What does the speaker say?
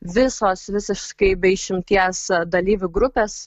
visos visiškai be išimties dalyvių grupės